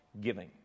giving